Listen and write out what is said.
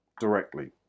directly